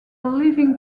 living